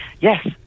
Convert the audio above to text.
yes